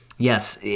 Yes